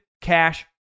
Cash